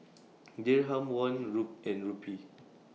Dirham Won and Rupee